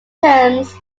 terms